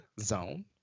zone